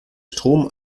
strom